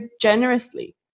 generously